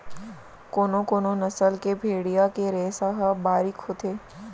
कोनो कोनो नसल के भेड़िया के रेसा ह बारीक होथे